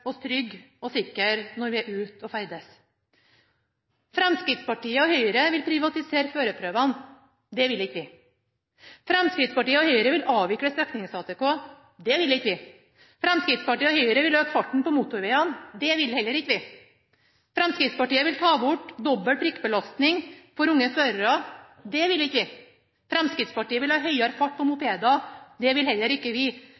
og sikre når vi er ute og ferdes. Fremskrittspartiet og Høyre vil privatisere førerprøvene. Det vil ikke vi. Fremskrittspartiet og Høyre vil avvikle streknings-ATK. Det vil ikke vi. Fremskrittspartiet og Høyre vil øke farten på motorvegene. Det vil vi heller ikke. Fremskrittspartiet vil ta bort dobbel prikkbelastning for unge førere. Det vil ikke vi. Fremskrittspartiet vil ha høyere fart på mopeder. Det vil vi